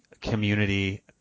community